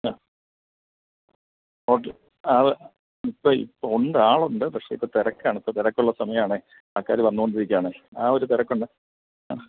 ആ ഓക്കെ ആ ആൾ ഇപ്പോൾ ഇപ്പോൾ ഉണ്ട് ആളുണ്ട് പക്ഷെ ഇപ്പോൾ തിരക്കാണ് ഇപ്പോൾ തിരക്കുള്ള സമയമാണെ ആൾക്കാർ വന്നുകൊണ്ടിരിക്കുകയാണ് ആ ഒരു തിരക്കുണ്ട് ആ